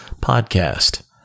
podcast